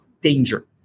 danger